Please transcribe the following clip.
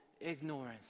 ignorance